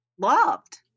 loved